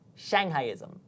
Shanghaiism